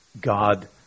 God